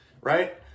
right